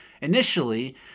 initially